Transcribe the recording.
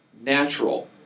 natural